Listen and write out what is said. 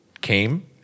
came